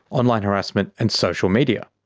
online harassment and social media.